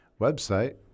website